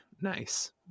Nice